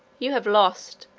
you have lost,